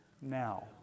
Now